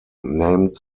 named